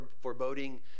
foreboding